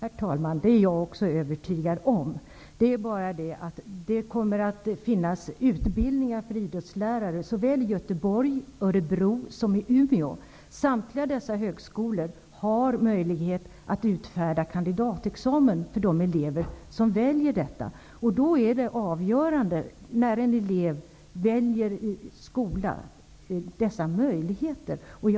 Herr talman! Det är jag också övertygad om. Det är bara det att det kommer att finnas utbildningar för idrottslärare även i Göteborg, Örebro och Umeå. Högskolorna på dessa orter har möjlighet att utfärda kandidatexamen för de elever som väljer detta. När en elev väljer skola är det avgörande vilka sådana möjligheter som finns.